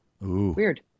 weird